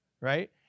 right